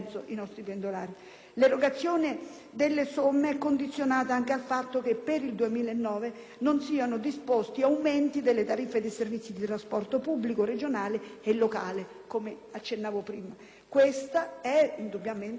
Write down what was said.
L'erogazione delle somme è condizionata anche al fatto che, per il 2009, non siano disposti aumenti delle tariffe dei servizi di trasporto pubblico regionale e locale, come accennavo anche prima. Questa è indubbiamente una buona notizia,